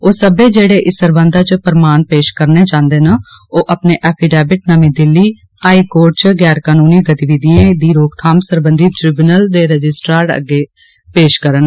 ओह सब्बै जेहडे इस सरबंधा च प्रमाण पेश करना चाहन्दे न ओह अपने एपिडैविट नमीं दिल्ली हाई कोर्ट च गैर कानूनी गतिविधिए गी रोकथाम सरबंधी ट्रीबुनल रजिस्ट्रार अग्गै पेश करन